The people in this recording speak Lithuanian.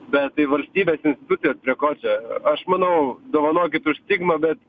bet tai valstybės institucijos prie ko čia aš manau dovanokit už stigmą bet